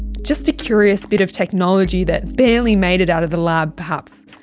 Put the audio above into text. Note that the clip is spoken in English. just a curious bit of technology that barely made it out of the lab perhaps.